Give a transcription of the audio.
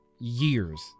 Years